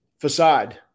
facade